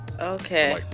Okay